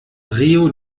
rio